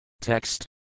TEXT